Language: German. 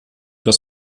das